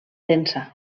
densa